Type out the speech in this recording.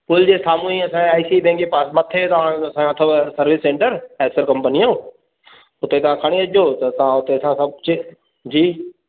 पुल जे साम्हूं ई असां ए आई सी बैंक जे पासे मथे तव्हां असांजो अथव सर्विस सेंटर एसर कंपनीअ जो उते तव्हां खणी अचिजो त तव्हां उते असां सभु चेक जी